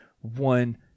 one